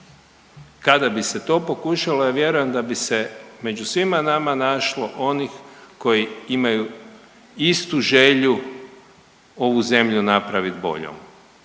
Kada bi se to pokušalo ja vjerujem da bi se među svima nama našlo onih koji imaju istu želju ovu zemlju napravit boljom,